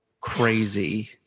crazy